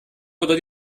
oder